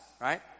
right